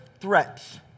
threats